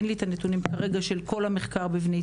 אין לי את הנתונים כרגע של כל המחקר בבני ציון.